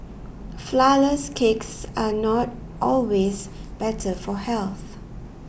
Flourless Cakes are not always better for health